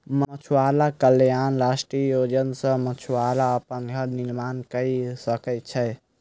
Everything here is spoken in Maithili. मछुआरा कल्याण राष्ट्रीय योजना सॅ मछुआरा अपन घर निर्माण कय सकै छै